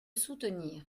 soutenir